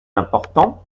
important